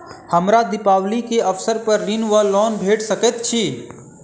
हमरा दिपावली केँ अवसर पर ऋण वा लोन भेट सकैत अछि?